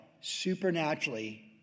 supernaturally